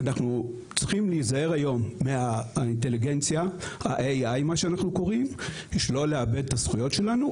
אנחנו צריכים להיזהר היום מהאינטליגנציה בשביל לא לאבד את הזכויות שלנו,